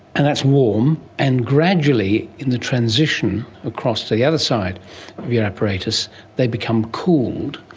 and that's warm, and gradually in the transition across to the other side of your apparatus they become cooled,